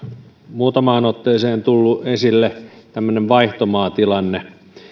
muutamaan otteeseen tullut esille vaihtomaatilanne